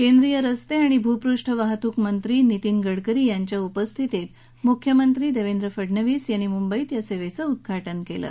केंद्रीय रस्त्रञाणि भूपृष्ठ वाहतूक मंत्री नितीन गडकरी यांच्या उपस्थितीत मुख्यमंत्री दक्षेंद्रे फडणवीस यांनी काल मुंबईत या सर्वक्ष उद्वाटन क्लि